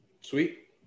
Sweet